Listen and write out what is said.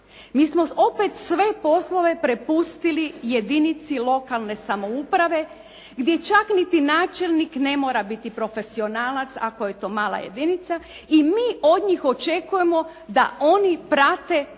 mi smo opet sve poslove prepustili jedinici lokalne samouprave gdje čak niti načelnik ne mora biti profesionalac ako je to mala jedinica i mi od njih očekujemo da oni prate